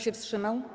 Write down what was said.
się wstrzymał?